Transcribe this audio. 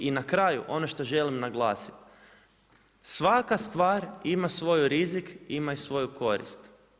I na kraju, ono što želim naglasiti, svaka stvar ima svoj rizik i ima svoju korist.